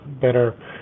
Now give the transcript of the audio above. better